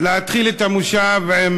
עם